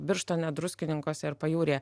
birštone druskininkuose ir pajūryje